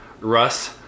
Russ